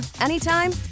anytime